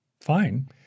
fine